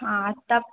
हाँ तब